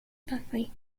buckley